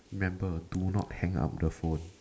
remember do not hang up the phone